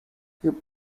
you